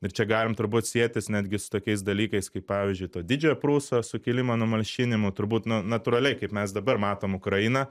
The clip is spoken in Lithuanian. ir čia galim turbūt sietis netgi su tokiais dalykais kaip pavyzdžiui to didžiojo prūsų sukilimo numalšinimu turbūt nu natūraliai kaip mes dabar matom ukrainą